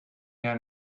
jaar